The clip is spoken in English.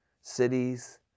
cities